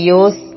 use